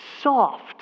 soft